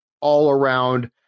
all-around